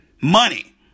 money